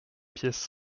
pièce